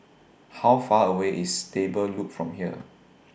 How Far away IS Stable Loop from here